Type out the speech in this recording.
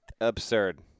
Absurd